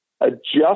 adjust